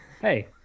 Hey